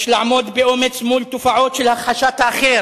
יש לעמוד באומץ מול תופעות של הכחשת האחר,